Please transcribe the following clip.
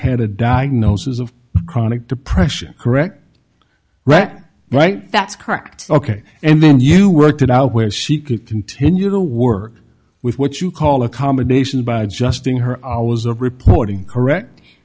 had a diagnosis of chronic depression correct right right that's correct ok and then you worked it out where she could continue to work with what you call a combination by adjusting her hours of reporting correct